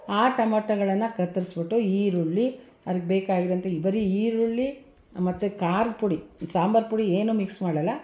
ಆ ಟೊಮೊಟೊಗಳನ್ನಿ ಕತ್ತರಿಸ್ಬಿಟ್ಟು ಈರುಳ್ಳಿ ಅದಕ್ಕೆ ಬೇಕಾಗಿರುವಂಥದ್ದು ಬರೀ ಈರುಳ್ಳಿ ಮತ್ತು ಖಾರದ್ದು ಪುಡಿ ಸಾಂಬಾರು ಪುಡಿ ಏನೂ ಮಿಕ್ಸ್ ಮಾಡೋಲ್ಲ